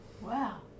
Wow